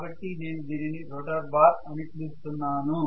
కాబట్టి నేను దీనిని రోటర్ బార్ అని పిలుస్తున్నాను